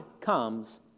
comes